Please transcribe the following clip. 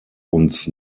uns